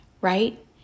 Right